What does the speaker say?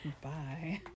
Bye